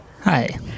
Hi